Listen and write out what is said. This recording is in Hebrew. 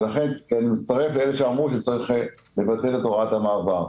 ולכן אני מצטרף לאלה שאמרו שצריך לקצר את הוראת המעבר.